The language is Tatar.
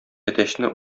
әтәчне